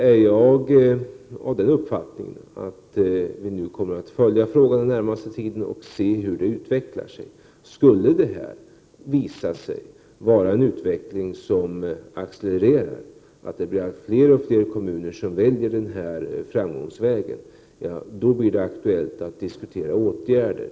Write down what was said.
Sedan tycker jag att vi skall följa frågan den närmaste tiden och se hur det hela utvecklar sig. Skulle det visa sig vara en utveckling som accelererar så att allt fler kommuner väljer den här vägen, då blir det aktuellt med att diskutera åtgärder.